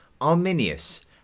Arminius